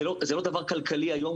זה לא דבר כלכלי היום.